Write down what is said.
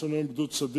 יש לנו היום גדוד סדיר,